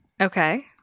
Okay